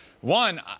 One